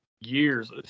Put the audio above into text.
years